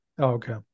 okay